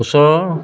ওচৰৰ